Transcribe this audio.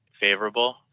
favorable